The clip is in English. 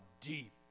deep